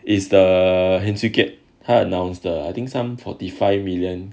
is the heng swee kiat 他 announced 的 I think some forty five million